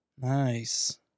Nice